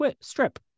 Strip